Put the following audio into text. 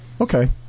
Okay